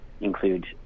include